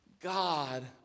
God